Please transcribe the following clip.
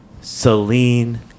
celine